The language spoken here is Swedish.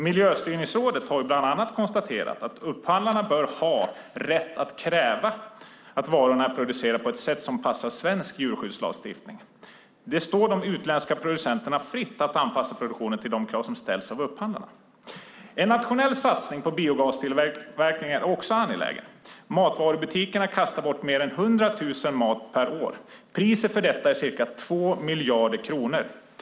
Miljöstyrningsrådet har bland annat konstaterat att upphandlarna bör ha rätt att kräva att varorna är producerade på ett sätt som passar svensk djurskyddslagstiftning. Det står de utländska producenterna fritt att anpassa produktionen till de krav som ställs av upphandlarna. En nationell satsning på biogastillverkning är också angelägen. Matvarubutikerna kastar bort mer än 100 000 ton mat per år. Priset för detta är ca 2 miljarder kronor.